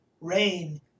rain